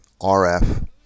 RF